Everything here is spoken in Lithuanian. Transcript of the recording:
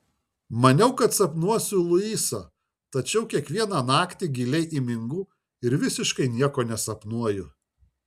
maniau kad sapnuosiu luisą tačiau kiekvieną naktį giliai įmingu ir visiškai nieko nesapnuoju